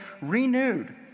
renewed